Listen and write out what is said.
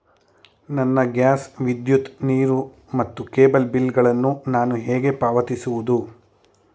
ನನ್ನ ಗ್ಯಾಸ್, ವಿದ್ಯುತ್, ನೀರು ಮತ್ತು ಕೇಬಲ್ ಬಿಲ್ ಗಳನ್ನು ನಾನು ಹೇಗೆ ಪಾವತಿಸುವುದು?